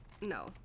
no